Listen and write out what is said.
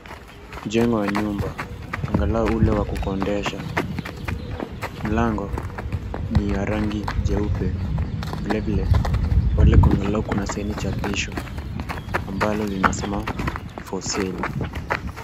Jengo ya nyumba, angalau ule wa kukodisha. Mlango ni wa rangi jeupe. Vilevile pale lengine kuna sehemu chapisho ambalo linasema, to let.